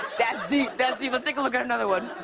that's deep. that's deep. let's take a look at another one.